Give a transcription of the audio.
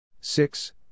six